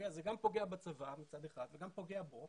אז זה גם פוגע בצבא מצד אחד, וגם פוגע בו.